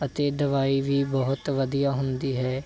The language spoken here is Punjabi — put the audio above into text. ਅਤੇ ਦਵਾਈ ਵੀ ਬਹੁਤ ਵਧੀਆ ਹੁੰਦੀ ਹੈ